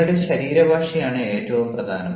നിങ്ങളുടെ ശരീരഭാഷയാണ് ഏറ്റവും പ്രധാനം